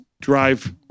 drive